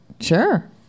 Sure